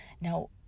Now